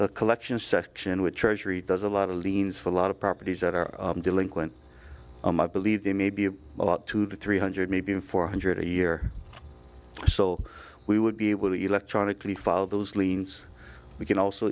the collection section with treasury does a lot of liens for a lot of properties that are delinquent i believe they may be a lot two to three hundred maybe four hundred a year so we would be able to electronically file those liens we can also